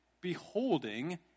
beholding